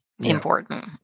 important